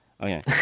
okay